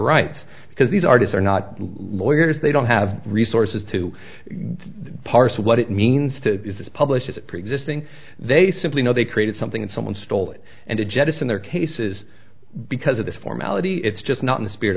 rights because these artists are not lawyers they don't have resources to parse what it means to publish a preexisting they simply know they created something and someone stole it and to jettison their cases because of this formality it's just not in the spirit